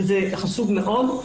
וזה חשוב מאוד.